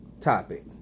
topic